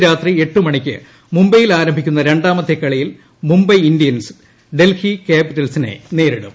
ഇന്ന് രാത്രി എട്ട് മണിക്ക് മുംഗ്ലെബ്യിൽ ആരംഭിക്കുന്ന രണ്ടാ മത്തെ കളിയിൽ മുംബൈ ഇന്ത്യൂൻസ് ഡൽഹി ക്യാപിറ്റൽസിനെ നേരിടും